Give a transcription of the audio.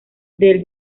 del